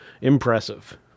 impressive